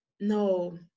No